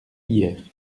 hyères